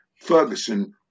Ferguson